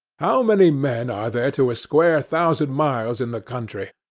how many men are there to a square thousand miles in the country?